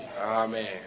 Amen